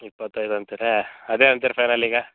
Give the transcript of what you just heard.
ಇಪ್ಪತೈದು ಅಂತೀರೇ ಅದೇ ಒಂಚೂರು ಫೈನಲ್ ಈಗ